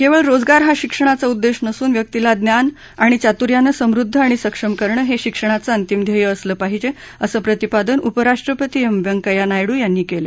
केवळ रोजगार हा शिक्षणाचा उद्देश नसून व्यक्तीला ज्ञान आणि चातुर्यानं समृद्ध आणि सक्षम करणं हे शिक्षणाचं अंतिम ध्येय असलं पाहिजे असं प्रतिपादन उपराष्ट्रपती एम व्यंकव्या नायडू यांनी केलं